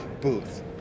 booth